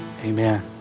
Amen